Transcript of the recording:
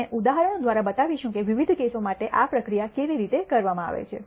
અમે ઉદાહરણો દ્વારા બતાવીશું કે વિવિધ કેસો માટે આ પ્રક્રિયા કેવી રીતે કરવામાં આવે છે